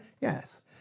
Yes